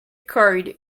curd